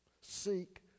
Seek